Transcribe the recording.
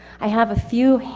i have a few,